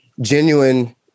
genuine